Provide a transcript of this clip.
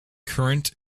current